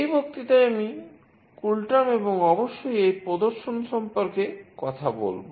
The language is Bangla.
এই বক্তৃতায় আমি কুলটার্ম এবং অবশ্যই এর প্রদর্শন সম্পর্কে কথা বলব